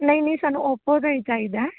ਨਹੀਂ ਨਹੀਂ ਸਾਨੂੰ ਓਪੋ ਦਾ ਹੀ ਚਾਹੀਦਾ